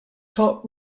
top